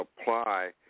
apply